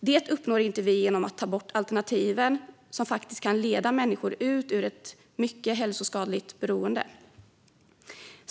Det uppnår vi inte genom att ta bort alternativen som faktiskt kan leda människor ut ur ett mycket hälsoskadligt beroende.